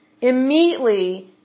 immediately